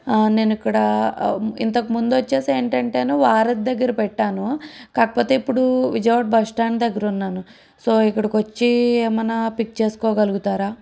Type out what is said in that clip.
నేను ఇక్కడ ఇంతకుముందు వచ్చేసి ఏంటంటేను వారధి దగ్గర పెట్టాను కాకపోతే ఇప్పుడు విజయవాడ బస్టాండ్ దగ్గర ఉన్నాను సో ఇక్కడికి వచ్చి ఏమైనా పిక్ చేసుకోగలుగుతారా